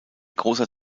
großer